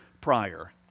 prior